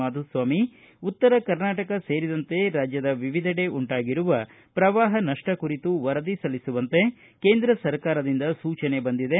ಮಾಧುಸ್ವಾಮಿ ಉತ್ತರ ಕರ್ನಾಟಕ ಸೇರಿದಂತೆ ರಾಜ್ಯದ ವಿವಿಧೆಡೆ ಉಂಟಾಗಿರುವ ಪ್ರವಾಹ ನಷ್ಷ ಕುರಿತು ವರದಿ ಸಲ್ಲಿಸುವಂತೆ ಕೇಂದ್ರ ಸರ್ಕಾರದಿಂದ ಸೂಚನೆ ಬಂದಿದೆ